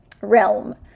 realm